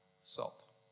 salt